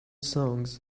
songs